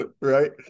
right